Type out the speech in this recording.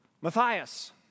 Matthias